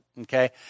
okay